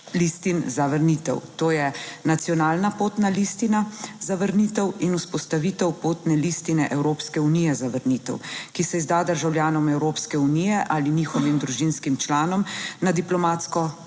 To je nacionalna potna listina za vrnitev in vzpostavitev potne listine Evropske unije za vrnitev, ki se izda državljanom Evropske unije ali njihovim družinskim članom na diplomatsko